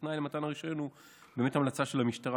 ותנאי למתן הרישיון הוא באמת המלצה של המשטרה